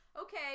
Okay